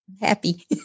happy